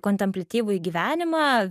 kontempliatyvųjį gyvenimą